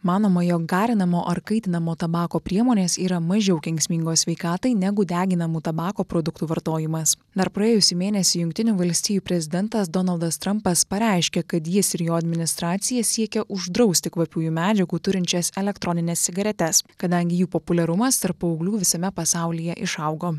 manoma jog garinamo ar kaitinamo tabako priemonės yra mažiau kenksmingos sveikatai negu deginamų tabako produktų vartojimas dar praėjusį mėnesį jungtinių valstijų prezidentas donaldas trampas pareiškė kad jis ir jo administracija siekia uždrausti kvapiųjų medžiagų turinčias elektronines cigaretes kadangi jų populiarumas tarp paauglių visame pasaulyje išaugo